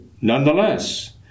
nonetheless